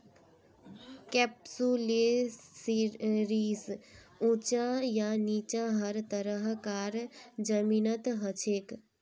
कैप्सुलैरिस ऊंचा या नीचा हर तरह कार जमीनत हछेक